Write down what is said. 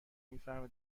میفهمه